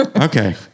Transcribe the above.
Okay